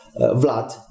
vlad